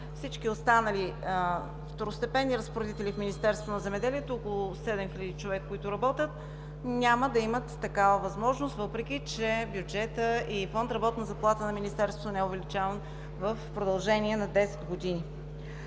Всички останали второстепенни разпоредители в Министерството на земеделието – около 7000 човека, които работят, няма да имат такава възможност, въпреки че бюджетът и фонд „Работна заплата“ на Министерството не е увеличаван в продължение на 10 години.